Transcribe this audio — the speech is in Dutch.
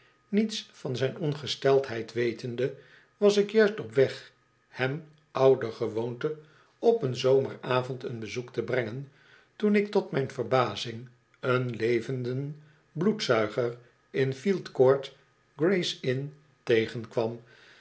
niets van zijn ongesteldheid wetende was ik juist op weg hem oudergewoonte op een zomeravond een bezoek te brengen toen ik tot myn verbazingeen levenden bloedzuiger in field court gray's inn tegenkwam